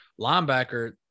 linebacker